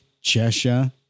Cheshire